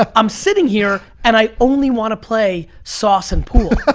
um i'm sitting here, and i only wanna play sauce and pool.